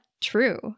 true